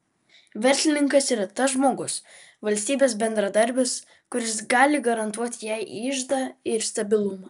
verslininkas yra tas žmogus valstybės bendradarbis kuris gali garantuoti jai iždą ir stabilumą